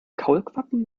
kaulquappen